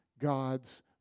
God's